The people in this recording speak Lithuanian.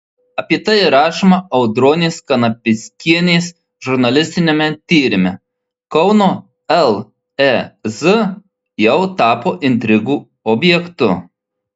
apie tai rašoma audronės kanapickienės žurnalistiniame tyrime kauno lez jau tapo intrigų objektu